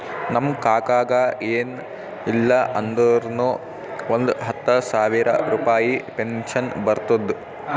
ನಮ್ ಕಾಕಾಗ ಎನ್ ಇಲ್ಲ ಅಂದುರ್ನು ಒಂದ್ ಹತ್ತ ಸಾವಿರ ರುಪಾಯಿ ಪೆನ್ಷನ್ ಬರ್ತುದ್